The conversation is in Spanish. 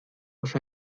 los